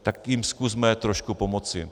Tak jim zkusme trošku pomoci.